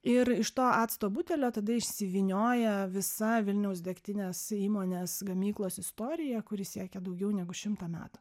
ir iš to acto butelio tada išsivynioja visa vilniaus degtinės įmonės gamyklos istorija kuri siekia daugiau negu šimtą metų